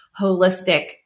holistic